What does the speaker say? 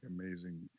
amazing